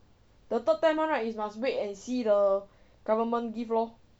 the third time [one] right is must wait and see the government give lor